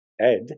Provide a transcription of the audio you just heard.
Ed